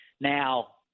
Now